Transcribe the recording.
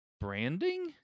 branding